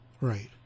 Right